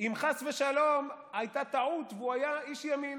אם חס ושלום הייתה טעות והוא היה איש ימין.